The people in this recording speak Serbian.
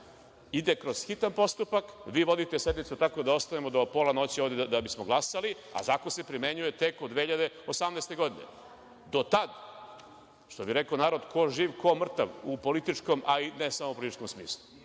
ide kroz hitan postupak, vi vodite sednicu tako da ostajemo do pola noći da bismo glasali, a zakon se primenjuje tek od 2018. godine. Do tad, što bi reko narod – ko živ, ko mrtav, u političkom ali i ne samo političkom smislu.